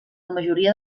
majoria